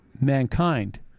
mankind